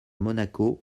monaco